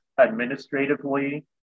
administratively